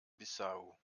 bissau